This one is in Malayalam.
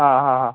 ആ ഹാ ഹാ